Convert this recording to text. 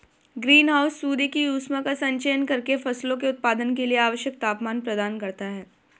green house सूर्य की ऊष्मा का संचयन करके फसलों के उत्पादन के लिए आवश्यक तापमान प्रदान करता है